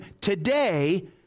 today